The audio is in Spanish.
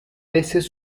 veces